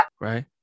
Right